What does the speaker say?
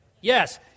Yes